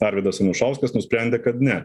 arvydas anušauskas nusprendė kad ne